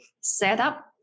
setup